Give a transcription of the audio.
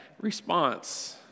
response